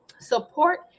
support